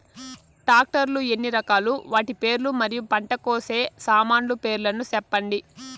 Tractor లు ఎన్ని రకాలు? వాటి పేర్లు మరియు పంట కోసే సామాన్లు పేర్లను సెప్పండి?